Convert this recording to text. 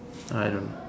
I don't know